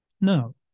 No